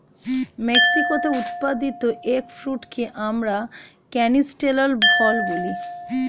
মেক্সিকোতে উৎপাদিত এগ ফ্রুটকে আমরা ক্যানিস্টেল ফল বলি